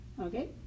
okay